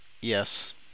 Yes